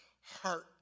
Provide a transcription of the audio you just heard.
heart